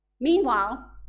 Meanwhile